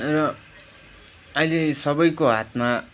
र अहिले सबैको हातमा